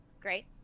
Great